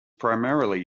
primarily